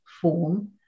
form